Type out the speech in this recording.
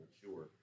sure